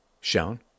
shown